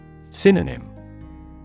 Synonym